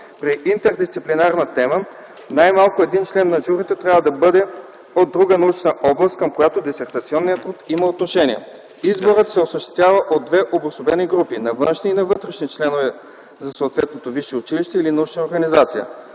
При интердисциплинарна тема най-малко един член на журито трябва да бъде от друга научна област, към която дисертационният труд има отношение. Изборът се осъществява от две обособени групи – на външни и на вътрешни членове за съответното висше училище или научна организация.